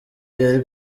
yari